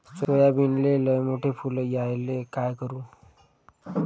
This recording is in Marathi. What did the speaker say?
सोयाबीनले लयमोठे फुल यायले काय करू?